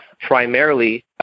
primarily